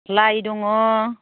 लाइ दङ